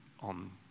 on